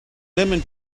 lemon